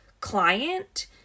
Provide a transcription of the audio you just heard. client